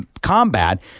combat